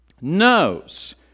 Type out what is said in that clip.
knows